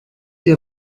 ihr